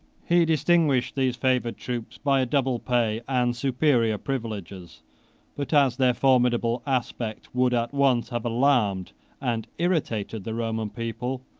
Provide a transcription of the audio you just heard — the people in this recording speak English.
he distinguished these favored troops by a double pay and superior privileges but, as their formidable aspect would at once have alarmed and irritated the roman people,